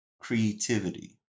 creativity